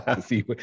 See